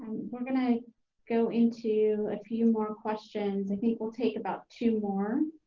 we're gonna go into a few more questions, i think we'll take about two more.